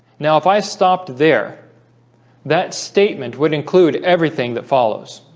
now if i stopped there that statement would include everything that follows